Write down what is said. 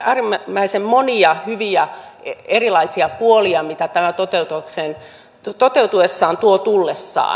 äärimmäisen monia hyviä erilaisia puolia mitä tämä toteutuessaan tuo tullessaan